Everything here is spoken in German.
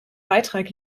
beitrag